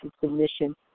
submission